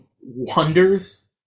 wonders